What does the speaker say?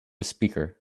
speaker